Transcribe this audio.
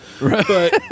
Right